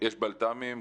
יש בלת"מים,